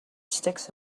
sticks